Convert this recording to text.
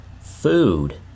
food